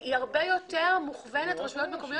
היא הרבה יותר מוכוונת רשויות מקומיות.